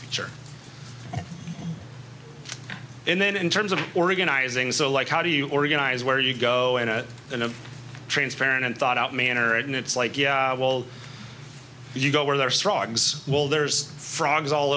future and then in terms of organizing so like how do you organize where you go in a in a transparent and thought out manner and it's like a wall you go where there are struggles well there's frogs all